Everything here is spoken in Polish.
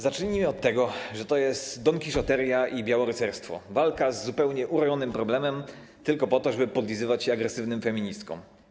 Zacznijmy od tego, że to jest donkiszoteria i białorycerstwo, walka z zupełnie urojonym problemem, tylko po to, żeby podlizywać się agresywnym feministkom.